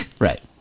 Right